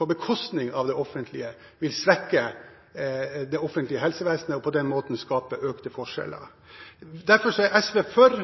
på bekostning av det offentlige vil svekke det offentlige helsevesenet og på den måten skape økte forskjeller. Derfor er SV for